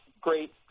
great